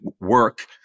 work